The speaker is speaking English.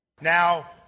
Now